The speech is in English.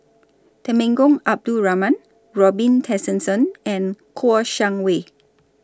Temenggong Abdul Rahman Robin Tessensohn and Kouo Shang Wei